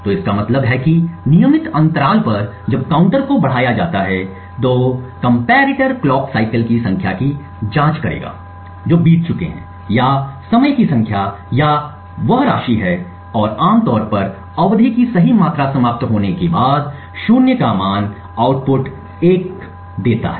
तो इसका मतलब है कि नियमित अंतराल पर जब काउंटर को बढ़ाया जाता है तो कंपैरेटर कलॉक साइकिल की संख्या की जांच करेगा जो बीत चुके हैं या समय की संख्या या राशि है और आमतौर पर अवधि की सही मात्रा समाप्त होने के बाद शून्य का मान आउटपुट 1 देता है